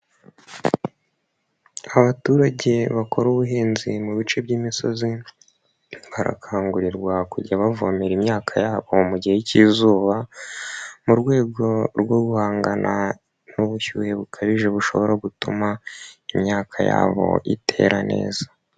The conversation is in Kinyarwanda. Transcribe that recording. Abaturage bakora ubuhinzi mu bice by'imisozi barakangurirwa kujya bavomera imyaka yabo mu gihe cy'izuba, mu rwego rwo guhangana n'ubushyuhe bukabije bushobora gutuma imyaka yabo itera neza.